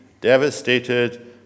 devastated